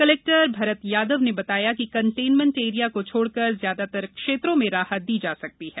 collector Bharat Yadav ने बताया कि कंटेनमेंट एरिया को छोड़कर ज्यादातर क्षेत्रों में राहत दी जा सकती है